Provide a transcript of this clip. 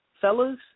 fellas